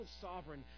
sovereign